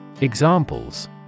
Examples